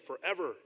forever